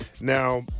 now